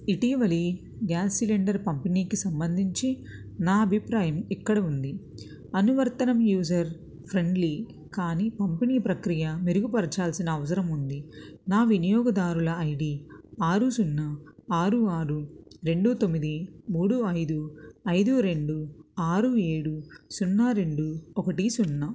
ఇటీవలి gas cylinder పంపిణీకి సంబంధించి నా అభిప్రాయం ఇక్కడ ఉంది అనువర్తనం యూజర్ ఫ్రెండ్లీ కానీ పంపిణీ ప్రక్రియ మెరుగుపరచాల్సిన అవసరం ఉంది నా వినియోగదారుల ఐ డి ఆరు సున్నా ఆరు ఆరు రెండు తొమ్మిది మూడు ఐదు ఐదు రెండు ఆరు ఏడు సున్నా రెండు ఒకటి సున్నా